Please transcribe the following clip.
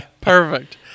Perfect